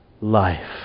life